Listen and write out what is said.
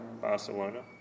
Barcelona